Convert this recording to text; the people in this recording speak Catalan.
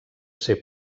ser